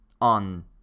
on